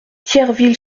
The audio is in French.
thierville